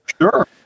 Sure